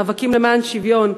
מאבקים למען שוויון.